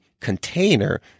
container